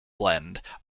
blend